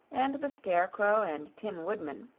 and the scarecrow and tin woodman,